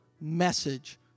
message